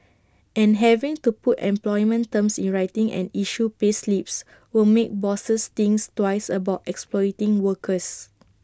and having to put employment terms in writing and issue payslips will make bosses think twice about exploiting workers